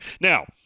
Now